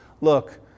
look